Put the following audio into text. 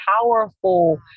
powerful